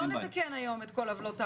לא נתקן היום את כל עוולות העולם,